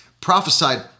prophesied